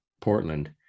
Portland